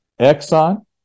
Exxon